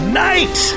night